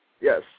Yes